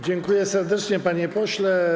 Dziękuję serdecznie, panie pośle.